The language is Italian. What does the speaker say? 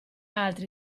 altri